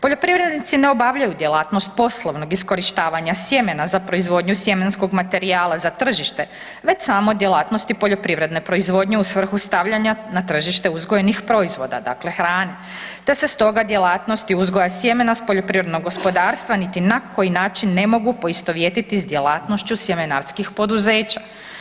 Poljoprivrednici ne obavljaju djelatnost poslovnog iskorištavanja sjemena za proizvodnju sjemenog materijala za tržište već samo djelatnosti poljoprivredne proizvodnje u svrhu stavljanja na tržište uzgojnih proizvoda, dakle hrane te se stoga djelatnosti uzgoja sjemena s poljoprivrednog gospodarstva niti na koji način ne mogu poistovjetiti s djelatnošću sjemenarskih poduzeća.